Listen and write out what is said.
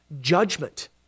Judgment